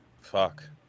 Fuck